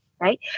Right